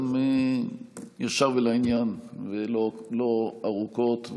גם ישר ולעניין ולא ארוכות,